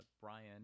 Brian